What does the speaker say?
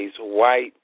White